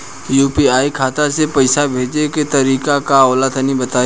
UPI खाता से पइसा भेजे के तरीका का होला तनि बताईं?